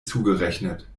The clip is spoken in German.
zugerechnet